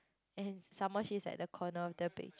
and some more she's at the corner of the beach